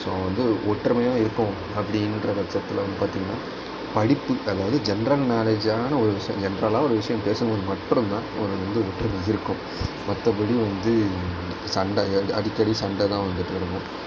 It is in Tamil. ஸோ வந்து ஒற்றுமையாக இருப்போம் அப்படின்ற பட்சத்தில் பார்த்திங்கன்னா படிப்பு அதாவது ஜென்ரல் நாலேட்ஜான ஒரு விஷயம் ஜென்ரலா ஒரு விஷயம் பேசும் போது மற்றும் தான் ஒரு வந்து ஒற்றுமை இருக்கும் மற்றபடி வந்து சண்டை அடிக்கடி சண்டைதான் வந்துட்டு நடக்கும்